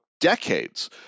decades